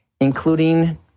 including